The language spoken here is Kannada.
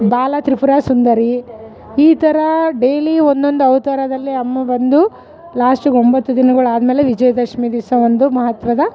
ಬಾಲತ್ರಿಪುರ ಸುಂದರಿ ಈ ಥರ ಡೇಲಿ ಒನ್ನೊಂದು ಅವತಾರದಲ್ಲಿ ಅಮ್ಮ ಬಂದು ಲಾಸ್ಟಿಗೆ ಒಂಬತ್ತು ದಿನಗಳ್ ಆದಮೇಲೆ ವಿಜಯದಶಮಿ ದಿವಸ ಒಂದು ಮಹತ್ವದ